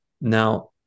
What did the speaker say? Now